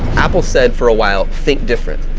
apple said for a while, think different.